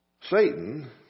Satan